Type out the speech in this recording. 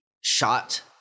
shot